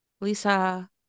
Lisa